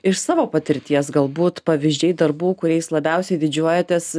iš savo patirties galbūt pavyzdžiai darbų kuriais labiausiai didžiuojatės